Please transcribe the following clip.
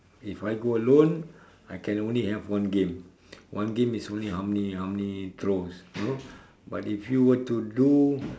if I go alone I can only have one game one game is only how many how many throws you know but if you were to do